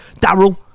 Daryl